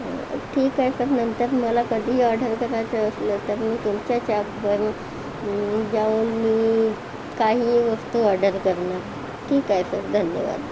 ठीक आहे सर नंतर मला कधीही ऑर्डर करायचे असेल तर मी तुमच्याच अॅपवर जाऊन मी काहीही वस्तू ऑर्डर करणार ठीक आहे सर धन्यवाद